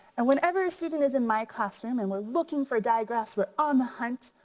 and whenever a student is in my classroom and we're looking for diagraphs, we're on the hunt,